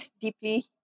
deeply